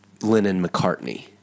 Lennon-McCartney